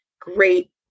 great